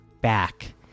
back